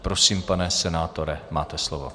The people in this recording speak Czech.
Prosím, pane senátore, máte slovo.